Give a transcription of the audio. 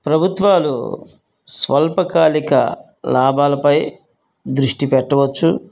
ప్రభుత్వాలు స్వల్పకాలిక లాభాలపై దృష్టి పెట్టవచ్చు